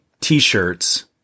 t-shirts